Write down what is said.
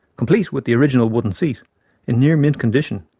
complete with the original wooden seat in near mint condition,